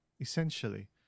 essentially